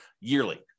yearly